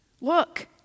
Look